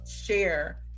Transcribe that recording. share